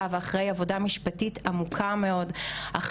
עברנו באמת מסע מאוד ארוך עם החוק הזה,